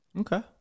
Okay